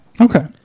Okay